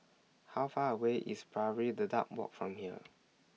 How Far away IS Pari Dedap Walk from here